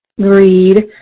greed